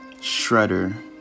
Shredder